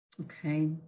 Okay